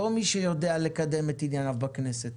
לא מי שיודע לקדם את ענייניו בכנסת.